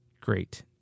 Great